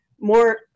more